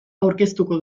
aurkeztuko